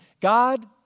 God